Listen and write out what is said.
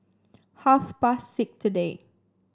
half past six today